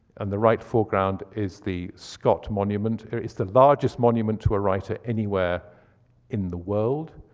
and the right foreground is the scott monument. it's the largest monument to a writer anywhere in the world.